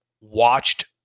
watched